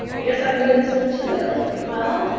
i guess i'm doing this one, too, elli. well,